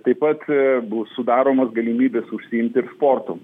taip pat bus sudaromos galimybės užsiimti ir sportu